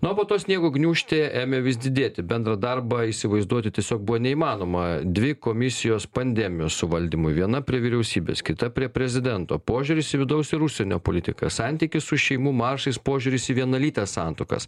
nu o po to sniego gniūžtė ėmė vis didėti bendrą darbą įsivaizduoti tiesiog buvo neįmanoma dvi komisijos pandemijos suvaldymui viena prie vyriausybės kita prie prezidento požiūris į vidaus ir užsienio politiką santykius su šeimų maršais požiūris į vienalytes santuokas